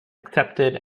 accepted